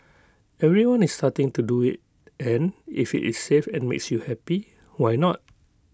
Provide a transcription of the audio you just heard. everyone is starting to do IT and if IT is safe and makes you happy why not